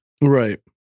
Right